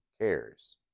cares